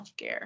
healthcare